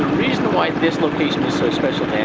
why this location is so special,